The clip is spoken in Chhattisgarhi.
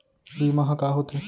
बीमा ह का होथे?